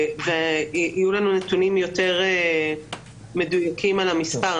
ויהיו לנו נתונים יותר מדויקים על המספר,